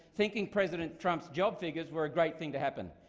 thinking president trump's job figures were a great thing to happen,